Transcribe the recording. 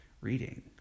reading